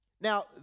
Now